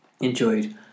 enjoyed